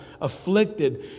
afflicted